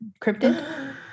Cryptid